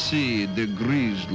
see degrees